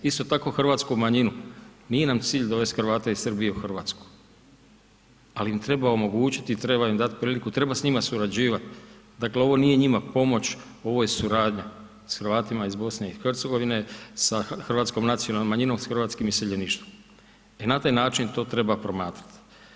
Isto tako hrvatsku manjinu, nije nam cilj dovest Hrvate iz Srbije u RH, ali im treba omogućiti i treba im dat priliku, treba s njima surađivat, dakle, ovo nije njima pomoć, ovo je suradnja s Hrvatima iz BiH sa hrvatskom nacionalnom manjinom, s hrvatskim iseljeništvom i na taj način to treba promatrat.